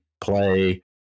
play